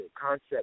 concept